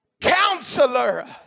Counselor